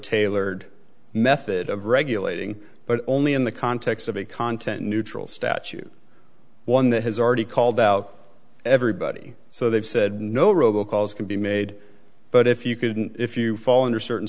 tailored method of regulating but only in the context of a content neutral statute one that has already called out everybody so they've said no robo calls can be made but if you couldn't if you fall under certain